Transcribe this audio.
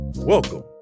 Welcome